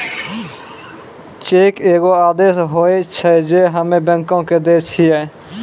cheque एगो आदेश होय छै जे हम्मे बैंको के दै छिये